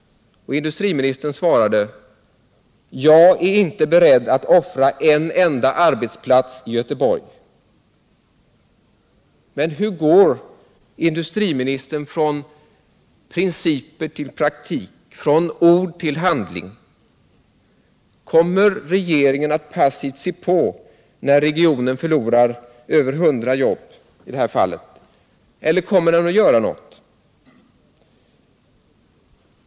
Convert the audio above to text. Industriministern svarade: ”Jag är inte beredd att offra en enda arbetsplats i Göteborg.” Men hur går industriministern från principer till praktik, från ord till handling? Kommer regeringen att passivt se på när regionen förlorar över 100 jobb i det här fallet, eller kommer den att göra något?